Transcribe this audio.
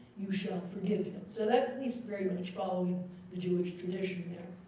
you shall forgive him. so that is very much following the jewish tradition there.